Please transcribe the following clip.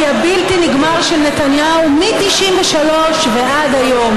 הבלתי-נגמר של נתניהו מ-1993 ועד היום,